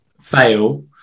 fail